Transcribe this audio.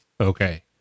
Okay